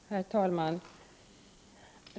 Herr talman!